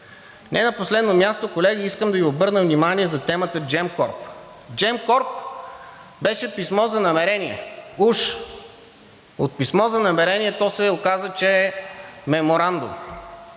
Не на последно място, колеги, искам да Ви обърна внимание за темата Gemcorp. Gemcorp беше писмо за намерение – уж. От писмо за намерение то се оказа, че е меморандум,